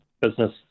business